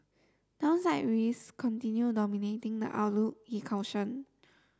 downside risks continue dominating the outlook he cautioned